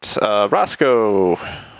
Roscoe